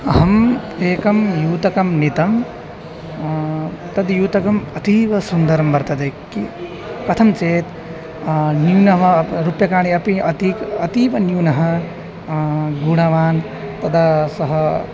अहम् एकं युतकं नीतं तद् युतकम् अतीव सुन्दरं वर्तते किं कथं चेत् न्यूनं रूप्यकाणि अपि अतीव अतीव न्यूनं गुणवान् तदा सः